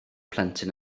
plentyn